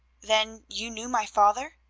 then you knew my father?